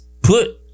put